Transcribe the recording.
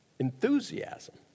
enthusiasm